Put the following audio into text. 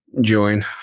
join